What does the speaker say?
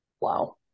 Wow